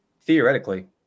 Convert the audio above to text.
Theoretically